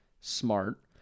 Smart